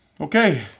Okay